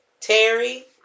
Terry